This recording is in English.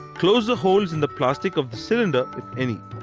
close the holes in the plastic of the cylinder if any.